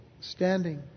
standing